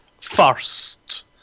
first